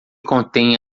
contêm